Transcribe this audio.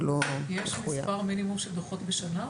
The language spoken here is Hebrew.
יש מספר מינימום של דוחות בשנה?